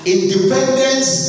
Independence